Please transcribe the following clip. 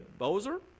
Bozer